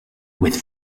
with